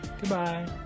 Goodbye